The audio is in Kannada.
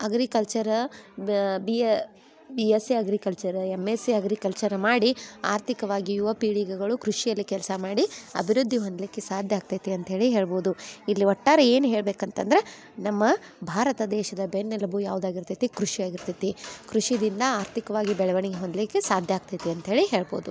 agriculture B B S E agriculture M S E agriculture ಮಾಡಿ ಆರ್ಥಿಕವಾಗಿ ಯುವ ಪೀಳಿಗೆಗಳು ಕೃಷಿಯಲ್ಲಿ ಕೆಲಸ ಮಾಡಿ ಅಭಿವೃದ್ಧಿ ಹೊಂದಲಿಕ್ಕೆ ಸಾಧ್ಯ ಆಗ್ತೈತಿ ಅಂತ್ಹೇಳಿ ಹೇಳ್ಬೋದು ಇಲ್ಲಿ ಒಟ್ಟಾರೆ ಏನು ಹೇಳ್ಬೇಕು ಅಂತಂದ್ರೆ ನಮ್ಮ ಭಾರತ ದೇಶದ ಬೆನ್ನೆಲುಬು ಯಾವ್ದು ಆಗಿರ್ತೈತಿ ಕೃಷಿ ಆಗಿರ್ತೈತಿ ಕೃಷಿ ಇನ್ನ ಆರ್ಥಿಕ್ವಾಗಿ ಬೆಳವಣಿಗೆ ಹೊಂದಲಿಕ್ಕೆ ಸಾಧ್ಯ ಆಗ್ತೈತಿ ಅಂತ್ಹೇಳಿ ಹೇಳ್ಬೋದು